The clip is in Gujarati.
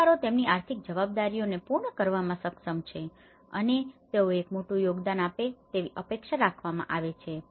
પરિવારો તેમની આર્થિક જવાબદારીઓને પૂર્ણ કરવામાં સક્ષમ છે અને તેઓ એક મોટું યોગદાન આપે તેવી અપેક્ષા રાખવામાં આવે છે